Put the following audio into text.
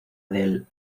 del